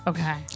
Okay